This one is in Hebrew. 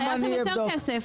היה שם יותר כסף.